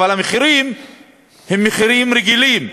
אבל המחירים הם מחירים רגילים.